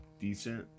decent